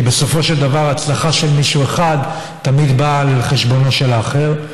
כי בסופו של דבר הצלחה של מישהו אחד תמיד באה על חשבונו של מישהו אחר,